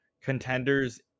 contenders